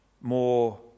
more